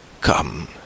Come